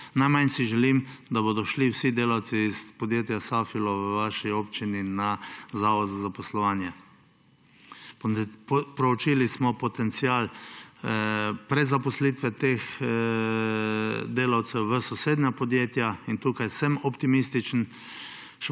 Najmanj si želim, da bodo šli vsi delavci iz podjetja Safilo v vaši občini za Zavod za zaposlovanje. Proučili smo potencial prezaposlitve teh delavcev v sosednja podjetja. Tukaj sem optimističen.